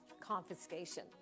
confiscation